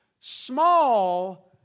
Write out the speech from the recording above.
small